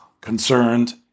concerned